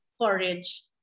porridge